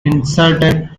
inserted